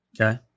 Okay